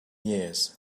years